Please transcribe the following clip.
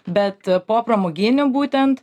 bet po pramoginių būtent